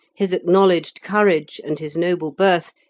his acknowledged courage, and his noble birth,